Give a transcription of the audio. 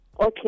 Okay